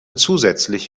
zusätzlich